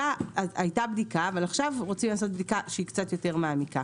הייתה בדיקה אבל עכשיו רוצים לעשות בדיקה קצת יותר מעמיקה.